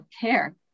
care